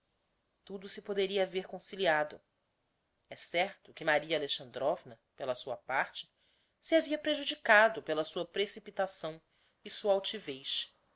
tudo se poderia haver conciliado é certo que maria alexandrovna pela sua parte se havia prejudicado pela sua precipitação e sua altivez